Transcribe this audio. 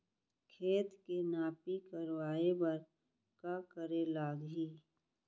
खेत के नापी करवाये बर का करे लागही?